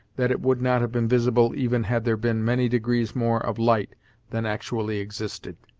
that it would not have been visible even had there been many degrees more of light than actually existed.